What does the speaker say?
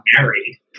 married